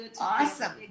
Awesome